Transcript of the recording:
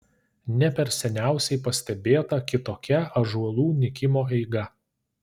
ne per seniausiai pastebėta kitokia ąžuolų nykimo eiga